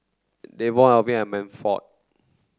Davon Alwin and Manford